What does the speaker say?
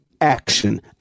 action